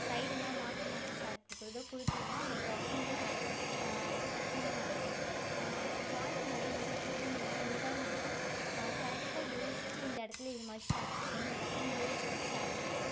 சைடுலாம் மாற்றி மாற்றி ஷேட் கொடுக்குறதோ கொடுத்தோம்னா அந்த ட்ராயிங்கே அ அசிங்கமாயிடும் ட்ராயிங் வரையும் போது பொறுமையாக நிதானமாக கரெக்டாக யோசித்து இந்த இடத்துல இதுமாதிரி ஷேட் கொடுக்கணுன்னு எல்லாத்தியும் யோசித்து ஷேட் கொடுக்கணும்